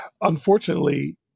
unfortunately